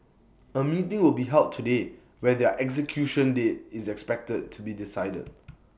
A meeting will be held today where their execution date is expected to be decided